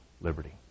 liberty